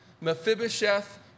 Mephibosheth